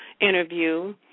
interview